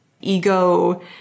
ego